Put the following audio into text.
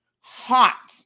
hot